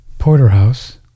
Porterhouse